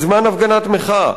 בזמן הפגנת מחאה.